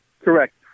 Correct